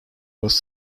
was